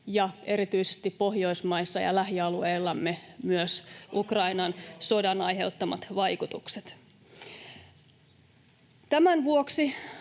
ja erityisesti Pohjoismaissa ja lähialueillamme myös Ukrainan sodan aiheuttamat vaikutukset. Tämän vuoksi